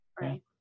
right